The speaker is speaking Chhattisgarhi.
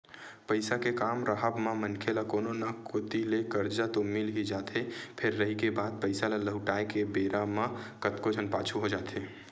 पइसा के काम राहब म मनखे ल कोनो न कोती ले करजा तो मिल ही जाथे फेर रहिगे बात पइसा ल लहुटाय के बेरा म कतको झन पाछू हो जाथे